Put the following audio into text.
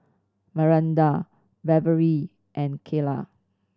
Myranda Beverlee and Keila